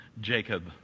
Jacob